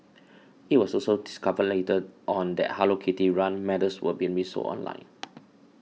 it was also discovered later on that Hello Kitty run medals were being resold online